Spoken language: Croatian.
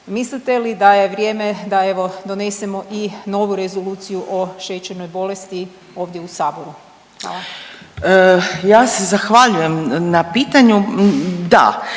Mislite li da je vrijeme da evo donesemo i novu Rezoluciju o šećernoj bolesti ovdje u saboru? Hvala.